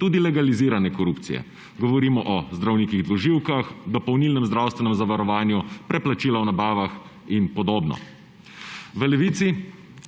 tudi legalizirane korupcije. Govorim o zdravnikih dvoživkah, dopolnilnem zdravstvenem zavarovanju, preplačilih v nabavah in podobno. V Levici